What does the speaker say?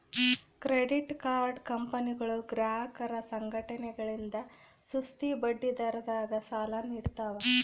credit card ಕಂಪನಿಗಳು ಗ್ರಾಹಕರ ಸಂಘಟನೆಗಳಿಂದ ಸುಸ್ತಿ ಬಡ್ಡಿದರದಾಗ ಸಾಲ ನೀಡ್ತವ